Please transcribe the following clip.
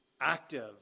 active